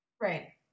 right